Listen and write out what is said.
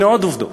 הנה עוד עובדות: